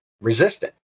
resistant